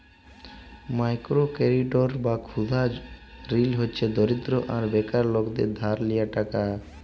micro credit বা ক্ষুদা ঋল হছে দরিদ্র আর বেকার লকদের ধার লিয়া টাকা